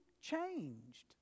changed